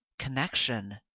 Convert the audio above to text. connection